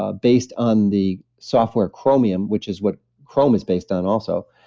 ah based on the software chromium, which is what chrome is based on also.